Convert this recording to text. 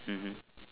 mmhmm